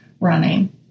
running